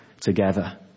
together